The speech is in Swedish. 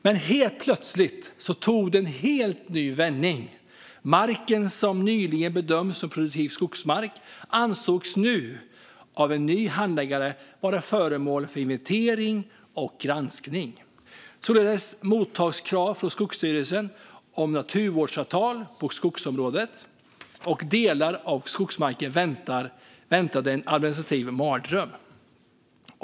Men helt plötsligt tog det en ny vändning. Marken, som nyligen bedömts som produktiv skogsmark, ansågs nu av en ny handläggare vara föremål för inventering och granskning. Således mottogs krav från Skogsstyrelsen om naturvårdsavtal på skogsområdet, och på delar av skogsmarken väntade en administrativ mardröm.